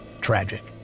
Tragic